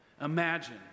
Imagine